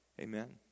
Amen